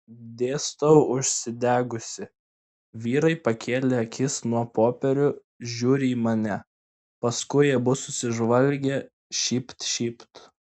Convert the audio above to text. dėstau užsidegusi vyrai pakėlė akis nuo popierių žiūri į mane paskui abu susižvalgė šypt šypt